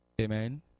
Amen